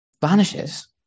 vanishes